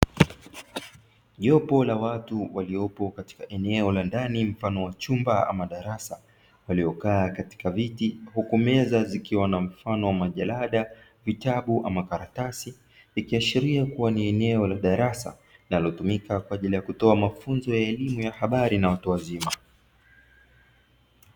Jopo la watu waliopo katika eneo la ndani mfano wa chumba au darasa, waliokaa katika viti huku meza zikiwa mfano wa majalada, vitabu au makaratasi ikiashiria kuwa ni eneo la darasa linalotumika kwa ajili ya mafunzo ya habari na watu wazima.